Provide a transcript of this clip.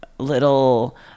little